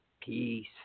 Peace